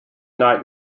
night